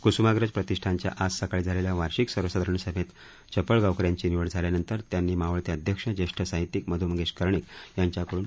क्स्माग्रज प्रतिष्ठानच्या आज सकाळी झालेल्या वार्षिक सर्वसाधारण सभेत चपळगावकर यांची निवड झाल्यानंतर त्यांनी मावळते अध्यक्ष जेष्ठ साहित्यीक मध् मंगेश कर्णीक यांच्याकडून पदभार स्वीकारला